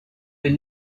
est